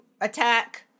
attack